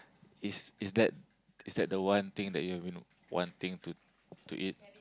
is is that is that the one thing that you've been wanting to to eat